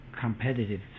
competitive